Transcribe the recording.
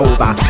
Over